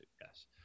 yes